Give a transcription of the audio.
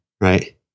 right